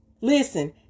listen